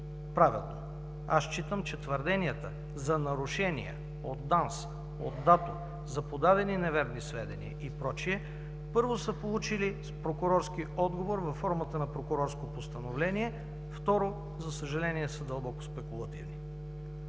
правилно. Считам, че твърденията за нарушения от ДАНС, от ДАТО за подадени неверни сведения и прочие, първо са получили с прокурорски отговор във формата на прокурорско постановление, второ, за съжаление, са дълбоко спекулативни.